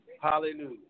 Hallelujah